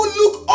look